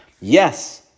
Yes